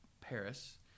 Paris